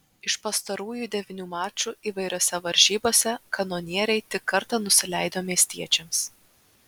iš pastarųjų devynių mačų įvairiose varžybose kanonieriai tik kartą nusileido miestiečiams